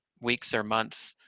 weeks or months.